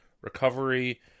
recovery